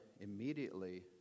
immediately